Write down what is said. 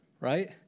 right